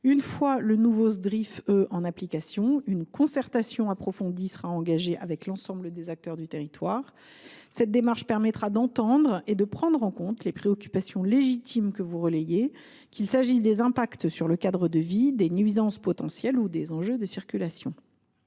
Une fois le nouveau Sdrif E en application, une concertation approfondie sera engagée avec l’ensemble des acteurs du territoire. Cette démarche permettra d’entendre et de prendre en compte les préoccupations légitimes que vous relayez, qu’il s’agisse des impacts sur le cadre de vie, des nuisances potentielles ou des enjeux de circulation.